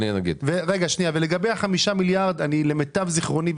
ולגבי 5 מיליארד למיטב זיכרוני,